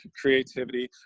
creativity